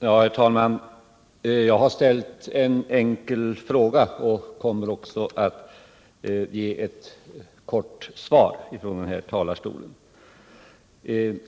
Herr talman! Jag har ställt en kort fråga och kommer att göra ett kort inlägg här från talarstolen.